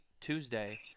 Tuesday